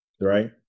right